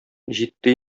җитте